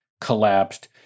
collapsed